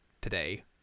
today